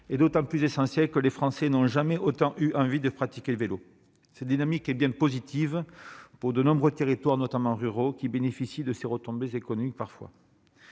est d'autant plus essentielle que les Français n'ont jamais eu autant envie de pratiquer le vélo. Cette dynamique est positive pour de nombreux territoires, notamment ruraux, qui bénéficient parfois de ces retombées économiques.